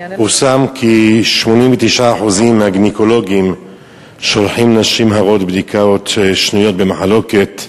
פורסם כי 89% מהגינקולוגים שולחים נשים הרות לבדיקות שנויות במחלוקת,